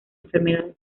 enfermedades